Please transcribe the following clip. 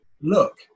look